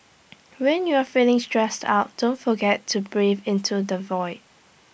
when you are feeling stressed out don't forget to breathe into the void